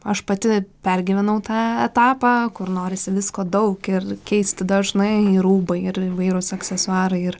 aš pati pergyvenau tą etapą kur norisi visko daug ir keisti dažnai rūbai ir įvairūs aksesuarai ir